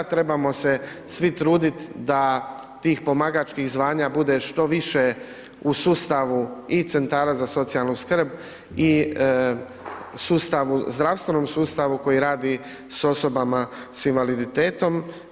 Trebamo se svi truditi da tih pomagačkih zvanja bude što više u sustavu i centara za socijalnu skrb i zdravstvenom sustavu koji radi s osobama s invaliditetom.